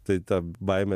tai tą baimę